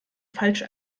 falsch